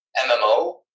MMO